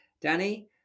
Danny